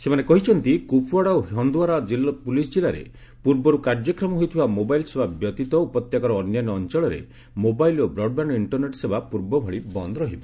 ସେମାନେ କହିଛନ୍ତି କୁପଓ୍ବାଡ଼ା ଓ ହନ୍ଦୱାରା ପୁଲିସ୍ ଜିଲ୍ଲାରେ ପୂର୍ବରୁ କାର୍ଯ୍ୟକ୍ଷମ ହୋଇଥିବା ମୋବାଇଲ୍ ସେବା ବ୍ୟତୀତ ଉପତ୍ୟକାର ଅନ୍ୟାନ୍ୟ ଅଞ୍ଚଳରେ ମୋବାଇଲ୍ ଓ ବ୍ରଡବ୍ୟାଣ୍ଡ ଇଣ୍ଟରନେଟ୍ ସେବା ପୂର୍ବଭଳି ବନ୍ଦ ରହିବ